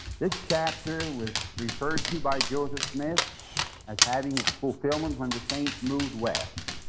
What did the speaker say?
this chapter was referred to by joseph smith as having its fulfillment when the saints moved west,